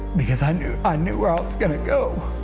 because i knew i knew where i was going to go.